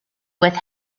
with